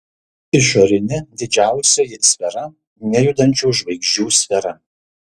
išorinė didžiausioji sfera nejudančių žvaigždžių sfera